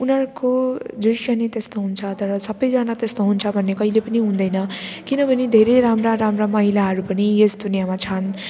उनीहरूको त्यस्तो हुन्छ तर सबैजना त्यस्तो हुन्छ भन्ने कहिले पनि हुँदैन किनभने धेरै राम्रा राम्रा महिलाहरू पनि यस दुनियाँमा छन्